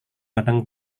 kadang